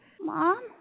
Mom